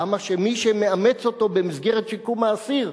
למה שמי שמאמץ אותו במסגרת שיקום האסיר,